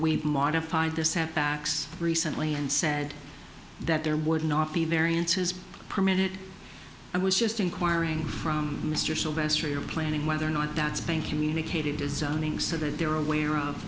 we've modified this have facts recently and said that there would not be variances permitted i was just inquiring from mr sylvester you're planning whether or not that's banking indicated as zoning so that they're aware of